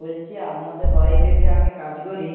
বলছি আপনাদের বাড়িতে যে আমি কাজ করি